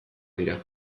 dira